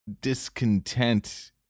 discontent